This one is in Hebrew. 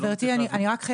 אני לא מצליח להבין.